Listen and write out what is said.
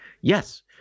Yes